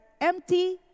empty